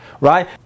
right